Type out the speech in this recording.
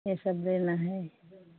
ये सब देना है